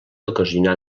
ocasionar